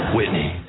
Whitney